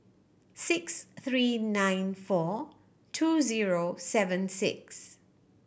six three nine four two zero seven six